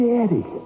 Daddy